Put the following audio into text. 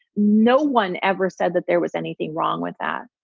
no one ever said that there was anything wrong with that.